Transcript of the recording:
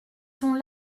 sont